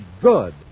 good